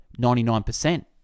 99%